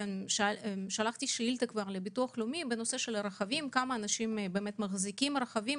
שלחתי שאילתה לביטוח לאומי בנושא הרכבים כמה אנשים מחזיקים רכבים